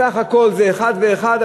סך הכול זה 1% ו-1%,